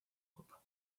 copa